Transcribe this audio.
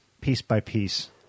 piece-by-piece